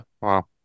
wow